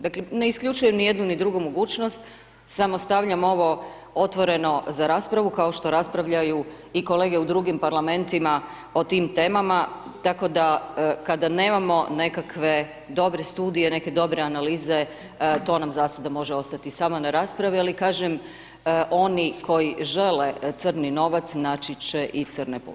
Dakle, ne isključujem ni jednu, ni drugu mogućnost, samo stavljam ovo otvoreno za raspravu kao što raspravljaju i kolege u drugim Parlamentima o tim temama, tako da kada nemamo nekakve dobre studije, neke dobre analize, to nam za sada može ostati samo na raspravi, ali kažem, oni koji žele crni novac, naći će i crne puteve.